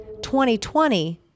2020